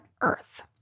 earth